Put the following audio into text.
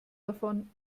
davon